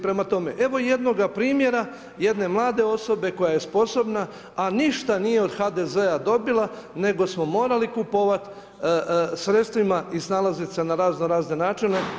Prema tome, evo jednoga primjera, jedne mlade osobe koja je sposobna a ništa nije od HDZ-a dobila, nego smo morali kupovati, sredstvima i snalaziti se na razno razne načine.